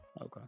Okay